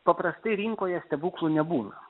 paprastai rinkoje stebuklų nebūna